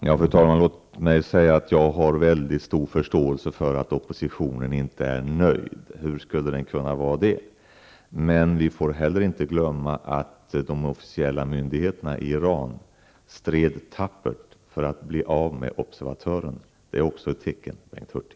Fru talman! Låt mig säga att jag har mycket stor förståelse för att oppositionen inte är nöjd. Hur skulle den kunna vara det. Men vi får heller inte glömma att de officiella myndigheterna i Iran stred tappert för att bli av med observatören. Det är också ett tecken, Bengt Hurtig.